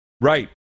Right